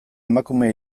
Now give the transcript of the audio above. emakume